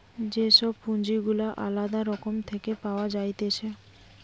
যে সব পুঁজি গুলা আলদা রকম থেকে পাওয়া যাইতেছে